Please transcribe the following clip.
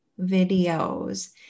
videos